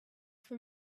for